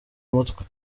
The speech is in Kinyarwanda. mutwe